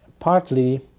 Partly